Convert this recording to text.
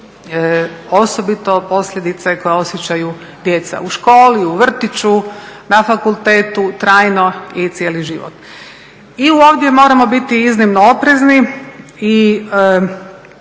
osobito posljedice koje osjećaju djeca u školi, u vrtiću, na fakultetu, trajno i cijeli život. I ovdje moramo biti iznimno oprezni i